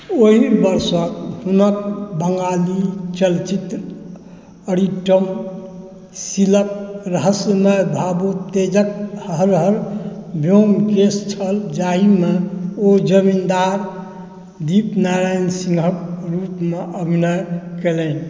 ओहि वर्षक हुनक बङ्गाली चलचित्र अरिन्दम सिलक रहस्यमय भावोत्तेजक हर हर व्योमकेश छल जाहिमे ओ जमीन्दार दीपनारायण सिंहक रूपमे अभिनय कयलनि